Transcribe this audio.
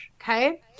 Okay